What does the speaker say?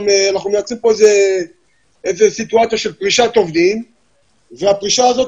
גם אנחנו מייצרים פה איזה סיטואציה של פרישת עובדים והפרישה הזאת